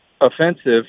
offensive